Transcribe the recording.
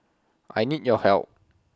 I need your help